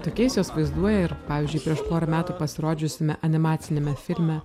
tokiais juos vaizduoja ir pavyzdžiui prieš porą metų pasirodžiusiame animaciniame filme